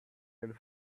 and